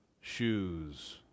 shoes